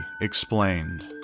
explained